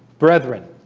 brethren